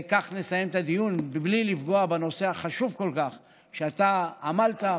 כך נסיים את הדיון בלי לפגוע בנושא החשוב כל כך שאתה עמלת,